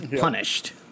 punished